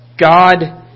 God